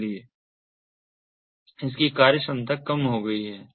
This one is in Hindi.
इसलिए इसकी कार्यक्षमता कम हो गई है